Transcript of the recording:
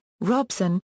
Robson